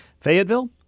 Fayetteville